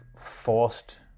forced